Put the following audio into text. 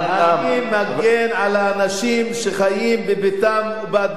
אני מגן על האנשים שחיים בביתם ובאדמתם,